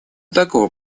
такого